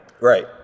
Right